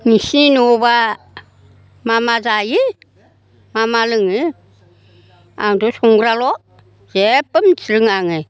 नोंसिनि न'आवबा मा मा जायो मा मा लोङो आंथ' संग्राल' जेबो मोनथिरोङा आङो